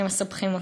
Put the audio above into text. אתם מסבכים אותי.